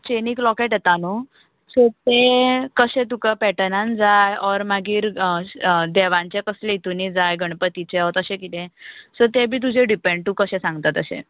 चेनीक locket येता नू so तें कशें तुका पॅटनान जाय ऑर मागीर देवांचे कसले हितूनी जाय गणपतीचे ओ तशें कितें सो तें बी तुजेर डिपँड तूं कशें सांगता तशें